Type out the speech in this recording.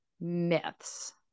myths